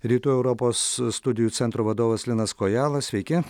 rytų europos studijų centro vadovas linas kojala sveiki